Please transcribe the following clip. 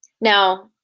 Now